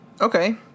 Okay